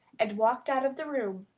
and walked out of the room,